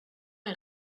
est